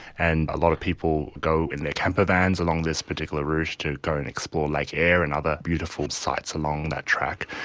and a lot of people go in their campervans along this particular route to go and explore lake like eyre and other beautiful sites along that track.